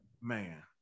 man